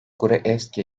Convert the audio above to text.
gruevski